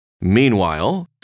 Meanwhile